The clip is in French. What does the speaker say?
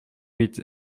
huit